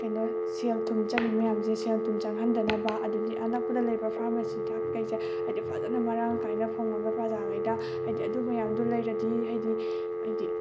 ꯀꯩꯅꯣ ꯁꯦꯜ ꯊꯨꯝ ꯆꯪꯂꯤ ꯃꯌꯥꯝꯁꯦ ꯁꯦꯜ ꯊꯨꯝ ꯆꯪꯍꯟꯗꯅꯕ ꯑꯗꯨꯗꯤ ꯑꯅꯛꯄꯗ ꯂꯩꯔꯤꯕ ꯐ꯭ꯔꯥꯃꯥꯁꯤ ꯍꯤꯗꯥꯛꯈꯩꯁꯦ ꯍꯥꯏꯗꯤ ꯐꯖꯅ ꯃꯔꯥꯡ ꯀꯥꯏꯅ ꯐꯪꯂꯒ ꯄ꯭ꯔꯖꯥꯈꯩꯗ ꯍꯥꯏꯗꯤ ꯑꯗꯨ ꯃꯌꯥꯝꯗꯨ ꯂꯩꯔꯗꯤ ꯍꯥꯏꯗꯤ ꯍꯥꯏꯗꯤ